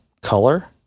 color